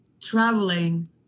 traveling